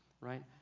right